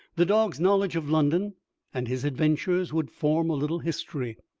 the dog's knowledge of london and his adventures would form a little history.